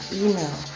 email